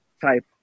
type